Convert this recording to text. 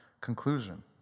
conclusion